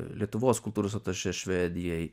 lietuvos kultūros atašė švedijai